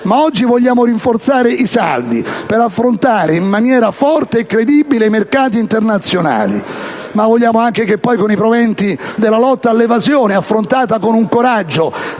però vogliamo rinforzare i saldi per affrontare in maniera forte e credibile i mercati internazionali, ma vogliamo anche che poi con i proventi della lotta all'evasione, affrontata con un coraggio